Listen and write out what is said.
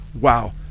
Wow